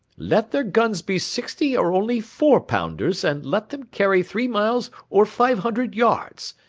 let their guns be sixty or only four-pounders, and let them carry three miles or five hundred yards,